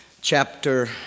chapter